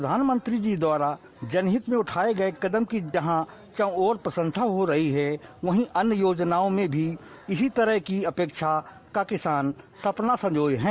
प्रधानमंत्री जी द्वारा जनहित में उठाये गये कदम की जहां चहुंओर प्रशंसा हो रही है वहीं अन्य योजनाओं में भी इसी तरह की अपेक्षा का किसान सपना संजोये हैं